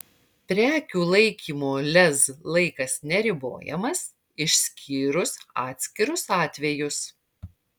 prekių laikymo lez laikas neribojamas išskyrus atskirus atvejus